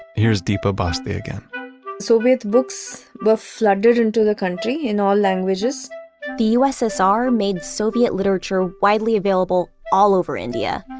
here is deepa bhasthi again soviet books were flooded into the country in our languages the ussr made soviet literature widely available all over india.